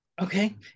Okay